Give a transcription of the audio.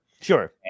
Sure